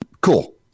cool